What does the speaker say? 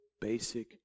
basic